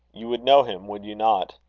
you would know him, would you not?